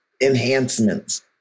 enhancements